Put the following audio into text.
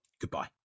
Goodbye